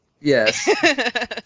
Yes